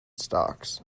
stocks